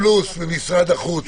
ממשרד החוץ